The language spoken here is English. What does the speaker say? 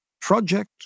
project